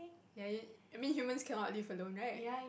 ya you I mean human cannot live alone right